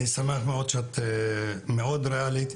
אני שמח שאת מאוד ריאלית,